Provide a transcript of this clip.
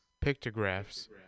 Pictographs